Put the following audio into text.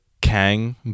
kang